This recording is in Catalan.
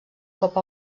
cop